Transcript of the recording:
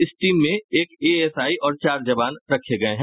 इस टीम में एक एएसआई और चार जवान रखे गये हैं